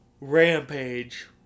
Rampage